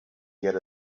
get